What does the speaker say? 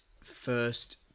first